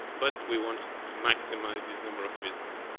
but we want to maximize the number of visits.